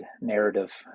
narrative